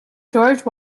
george